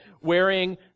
wearing